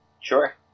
Sure